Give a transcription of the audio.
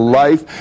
life